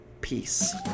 peace